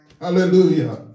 hallelujah